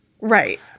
Right